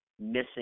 missing